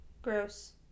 Gross